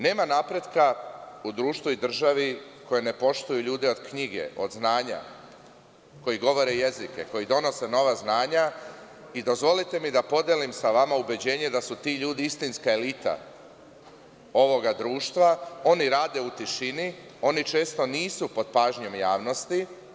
Nema napretka u društvu i državi koje ne poštuju ljude od knjige, od znanja, koji govore jezike, koji donose nova znanja i dozvolite mi da podelim sa vama ubeđenje da su ti ljudi istinska elita ovoga društva, oni rade u tišini, oni često nisu pod pažnjom javnosti.